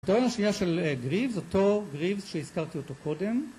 ‫תואר השנייה של גריבס, ‫אותו גריבס שהזכרתי אותו קודם.